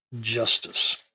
justice